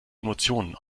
emotionen